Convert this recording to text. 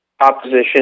opposition